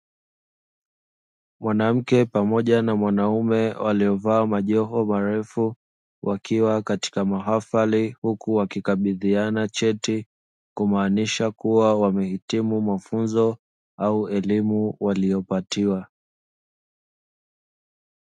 Mwanamke pamoja na mwanaume waliovaa majoho marefu wakiwa katika mahafali huku akikabidhiana cheti kumaanisha kuwa wamehitimu mafunzo au elimu waliyopatiwa.